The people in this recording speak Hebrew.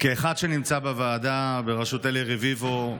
כאחד שנמצא בוועדה בראשות אלי רביבו,